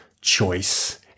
choice